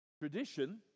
Tradition